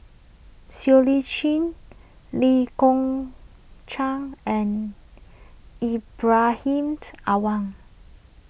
Siow Lee Chin Lee Kong Chian and Ibrahim Awang